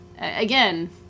again